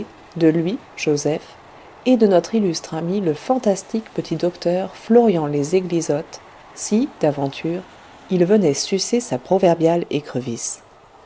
de lui joseph et de notre illustre ami le fantastique petit docteur florian les eglisottes si d'aventure il venait sucer sa proverbiale écrevisse